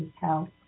health